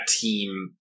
team